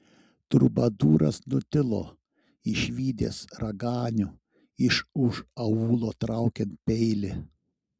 trubadūras nutilo išvydęs raganių iš už aulo traukiant peilį